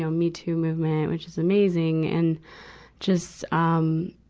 so me too movement, which is amazing, and just, um,